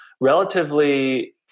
relatively